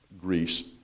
Greece